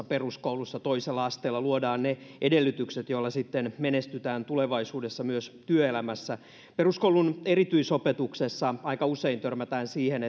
peruskoulussa toisella asteella luodaan ne edellytykset joilla sitten menestytään tulevaisuudessa myös työelämässä peruskoulun erityisopetuksessa aika usein törmätään siihen